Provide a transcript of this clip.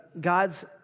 God's